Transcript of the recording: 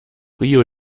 rio